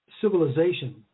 Civilization